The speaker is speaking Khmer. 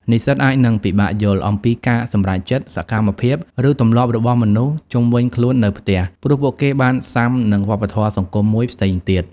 និស្សិតអាចនឹងពិបាកយល់ អំពីការសម្រេចចិត្ត សកម្មភាព ឬទម្លាប់របស់មនុស្សជុំវិញខ្លួននៅផ្ទះ ព្រោះពួកគេបានស៊ាំនឹងវប្បធម៌សង្គមមួយផ្សេងទៀត។